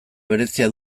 berezia